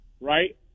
right